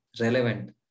relevant